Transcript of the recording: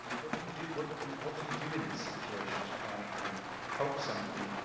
what do you do? what what do you do in this situation to try and help somebody?